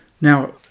Now